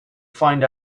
find